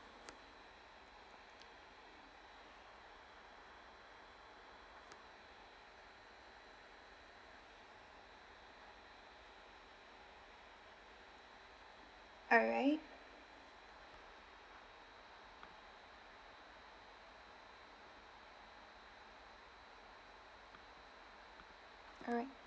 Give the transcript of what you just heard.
alright alright